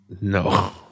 No